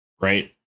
right